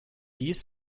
dies